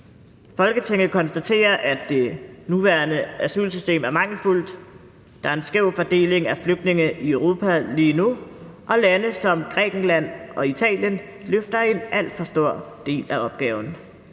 »Folketinget konstaterer, at det nuværende asylsystem er mangelfuldt. Der er en skæv fordeling af flygtninge i Europa lige nu, og lande som Grækenland og Italien løfter en alt for stor del af opgaven